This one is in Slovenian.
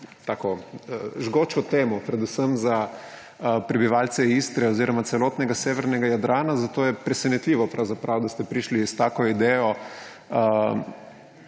zelo žgočo temo predvsem za prebivalce Istre oziroma celotnega severnega Jadrana, zato je pravzaprav presenetljivo, da ste prišli s tako idejo